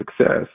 success